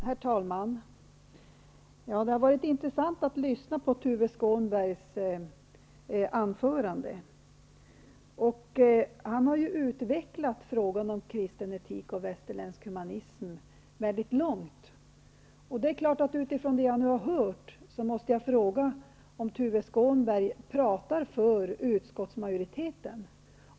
Herr talman! Det har varit intressant att lyssna på Tuve Skånbergs anförande. Han har utvecklat frågan om kristen etik och västerländsk humanism mycket långt. Utifrån det jag nu har hört, måste jag fråga om Tuve Skånberg pratar för utskottsmajoriteten.